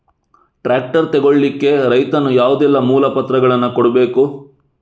Tractor ತೆಗೊಳ್ಳಿಕೆ ರೈತನು ಯಾವುದೆಲ್ಲ ಮೂಲಪತ್ರಗಳನ್ನು ಕೊಡ್ಬೇಕು?